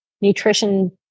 nutrition